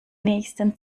nächsten